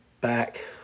back